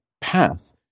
path